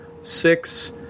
six